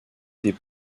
des